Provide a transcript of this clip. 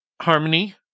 harmony